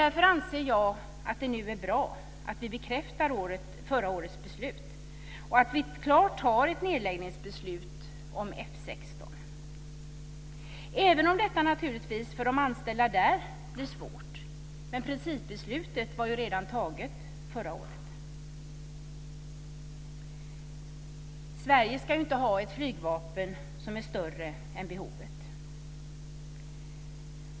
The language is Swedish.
Därför är det bra att vi nu bekräftar förra årets beslut och att vi klart fattar ett nedläggningsbeslut om F 16, även om det blir svårt för de anställda där. Principbeslutet var dock redan fattat, förra året. Sverige ska inte ha ett flygvapen som är större än behovet.